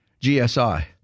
GSI